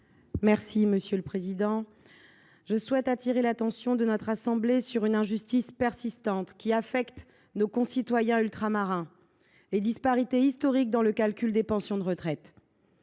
est à Mme Audrey Bélim. Je souhaite attirer l’attention de notre assemblée sur une injustice persistante, qui affecte nos concitoyens ultramarins : les disparités historiques dans le calcul des pensions de retraite.